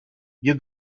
you